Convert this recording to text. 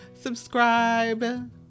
subscribe